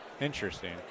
Interesting